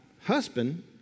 husband